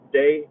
day